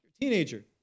teenager